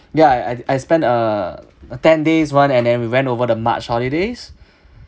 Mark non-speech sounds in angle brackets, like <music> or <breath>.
ya I I I spend a a ten days [one] and then we went over the march holidays <breath>